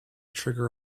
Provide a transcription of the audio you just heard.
trigger